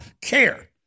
care